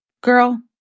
Girl